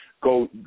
go